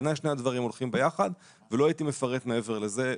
בעיניי שני הדברים הולכים ביחד ובשלב הזה לפחות לא הייתי מפרט מעבר לכך.